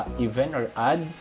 even or odd,